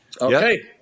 okay